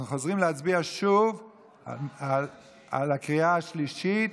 אנחנו חוזרים להצביע שוב בקריאה השלישית